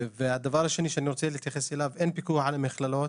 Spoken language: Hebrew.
הדבר השני שאני רוצה להתייחס אליו: אין פיקוח על המכללות,